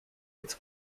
its